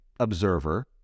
observer